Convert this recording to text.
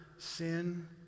sin